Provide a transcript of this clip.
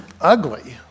ugly